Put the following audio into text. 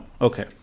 okay